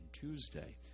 Tuesday